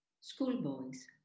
Schoolboys